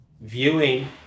viewing